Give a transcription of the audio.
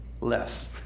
less